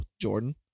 jordan